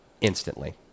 instantly